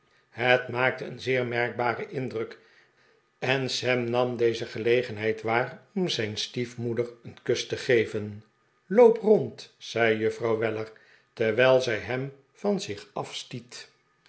het maakte een zeer merkbaren indruk en sam nam deze gelegenheid waar om zijn stiefmoeder een kus te geven loop rond zei juffrouw weller terwijl zij hem van zich